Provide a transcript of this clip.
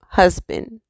husband